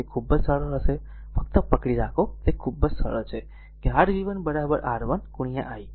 તે ખૂબ જ સરળ છે ફક્ત પકડી રાખો તે ખૂબ જ સરળ છે કે r v 1 R1 i